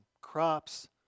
Crops